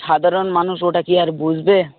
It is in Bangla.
সাধারণ মানুষ ওটা কি আর বুজবে